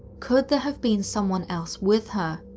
could there have been someone else with her?